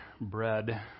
bread